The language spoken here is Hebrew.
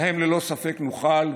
להם ללא ספק נוכל,